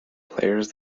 players